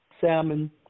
salmon